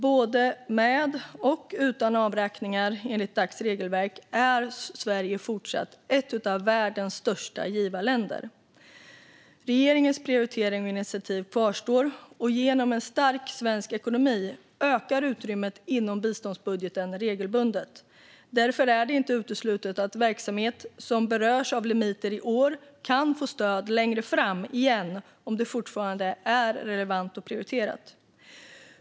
Både med och utan avräkningar enligt Dac:s regelverk är Sverige fortsatt ett av världens största givarländer. Regeringens prioriteringar och initiativ kvarstår. Genom en stark svensk ekonomi ökar utrymmet inom biståndsbudgeten regelbundet. Därför är det inte uteslutet att verksamhet som berörs av limiter i år kan få stöd längre fram igen om det fortfarande är relevant och prioriterat.